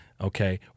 Okay